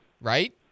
right